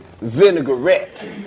vinaigrette